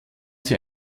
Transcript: sie